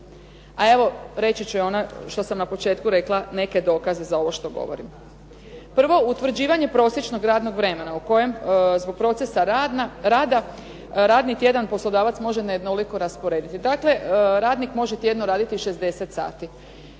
A evo reći ću ono što sam na početku rekla neke dokaze za ovo što govorim. Prvo, utvrđivanje prosječnog radnog vremena u kojem zbog procesa rada radni tjedan poslodavac može nejednoliko rasporediti. Dakle, radnik može tjedno raditi 60 sati.